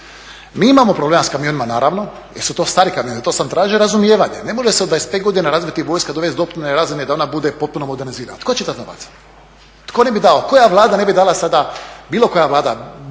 Mi imamo problema sa kamionima naravno jer su to stari kamioni, to sam tražio razumijevanje. Ne može se u 25 godina razviti vojska, dovesti do te razine da ona bude potpuno modernizirana. Tko će dat novaca? Tko ne bi dao, koja Vlada ne bi dala sada, bilo koja Vlada